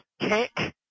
Kick